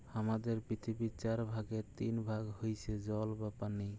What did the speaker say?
হামাদের পৃথিবীর চার ভাগের তিন ভাগ হইসে জল বা পানি